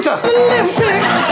Olympics